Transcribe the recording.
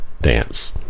dance